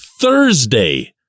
Thursday